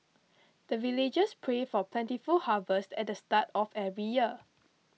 the villagers pray for plentiful harvest at the start of every year